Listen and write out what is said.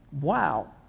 wow